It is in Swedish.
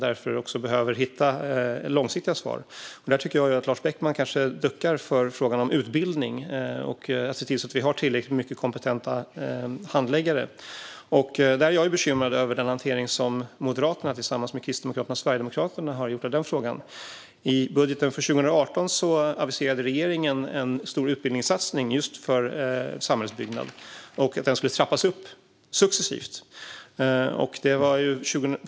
Därför behöver vi hitta långsiktiga svar. Lars Beckman duckar kanske för frågan om utbildning och när det gäller att se till att vi har tillräckligt många kompetenta handläggare. Jag är bekymrad över hur Moderaterna, tillsammans med Kristdemokraterna och Sverigedemokraterna, har hanterat den frågan. I budgeten för 2018 aviserade regeringen en stor utbildningssatsning för just samhällsbyggnad som skulle trappas upp successivt.